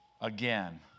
Again